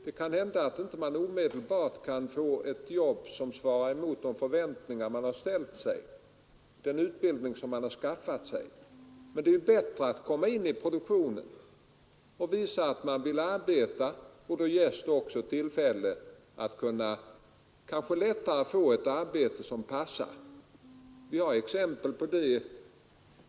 Det kan hända att man inte omedelbart kan få ett jobb som svarar mot de förväntningar man har ställt och den utbildning man har skaffat sig. Men det är ju bättre att komma in i produktionen och visa att man vill arbeta, och då ges det också tillfälle att kanske lättare få ett arbete som passar. Vi har exempel på det.